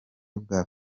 bwa